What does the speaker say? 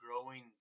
growing